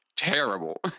terrible